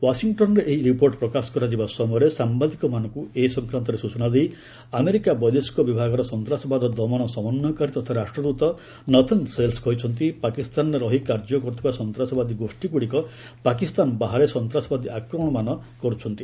ୱାଶିଂଟନ୍ରେ ଏହି ରିପୋର୍ଟ ପ୍ରକାଶ କରାଯିବା ସମୟରେ ସାୟାଦିକମାନଙ୍କୁ ଏ ସଂକ୍ରାନ୍ତରେ ସୂଚନା ଦେଇ ଆମେରିକା ବୈଦେଶିକ ବିଭାଗର ସନ୍ତାସବାଦ ଦମନ ସମନ୍ୱୟକାରୀ ତଥା ରାଷ୍ଟ୍ରଦ୍ରତ ନଥନ୍ ସେଲ୍ସ୍ କହିଛନ୍ତି ପାକିସ୍ତାନରେ ରହି କାର୍ଯ୍ୟ କରୁଥିବା ସନ୍ତାସବାଦୀ ଗୋଷ୍ଠୀଗୁଡ଼ିକ ପାକିସ୍ତାନ ବାହାରେ ସନ୍ତାସବାଦୀ ଆକ୍ରମଣମାନ କରୁଛନ୍ତି